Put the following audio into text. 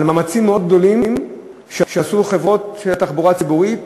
על מאמצים מאוד גדולים שעשו החברות של התחבורה הציבורית,